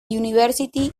university